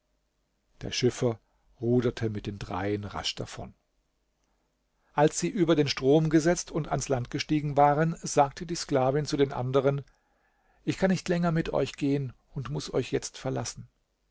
der schiffer ruderte mit den dreien rasch davon als sie über den strom gesetzt und ans land gestiegen waren sagte die sklavin zu den anderen ich kann nicht länger mit euch gehen und muß euch jetzt verlassen